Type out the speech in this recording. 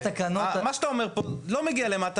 ולכן התקנות --- מה שאתה אומר פה לא מגיע למטה,